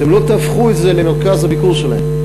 אתם לא תהפכו את זה למרכז הביקור שלהם.